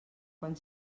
quan